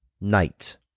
night